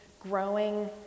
growing